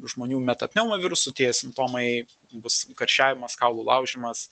žmonių meta pneumo virusu tie simptomai bus karščiavimas kaulų laužymas